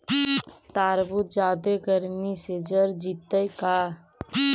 तारबुज जादे गर्मी से जर जितै का?